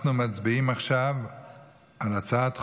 אנחנו מצביעים עכשיו על הצעת חוק-יסוד: